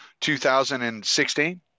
2016